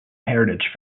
heritage